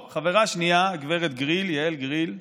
טוב, חברה שנייה, הגב' יעל גריל,